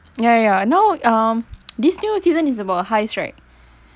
yeah yeah now um this new season is about heist right